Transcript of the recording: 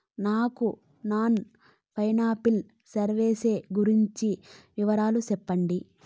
నాకు non financial services గురించి వివరాలు సెప్పండి?